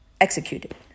Executed